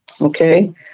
okay